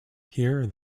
here